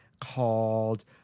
called